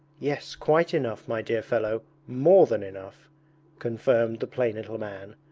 yes, quite enough, my dear fellow, more than enough confirmed the plain little man,